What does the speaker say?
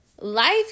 Life